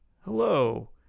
hello